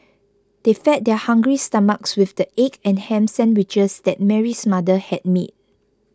they fed their hungry stomachs with the egg and ham sandwiches that Mary's mother had made